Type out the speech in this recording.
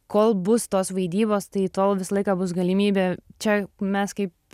kol bus tos vaidybos tai tol visą laiką bus galimybė čia mes kaip